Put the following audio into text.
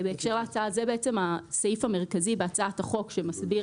זה בעצם הסעיף המרכזי בהצעת החוק שמסביר